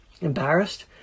Embarrassed